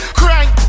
crank